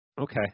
Okay